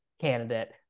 candidate